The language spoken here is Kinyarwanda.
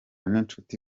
n’inshuti